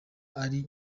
ari